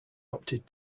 opted